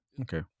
okay